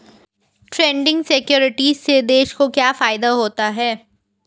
Trading securities से देश को क्या फायदा होता है?